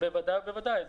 בוודאי ובוודאי.